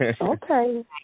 Okay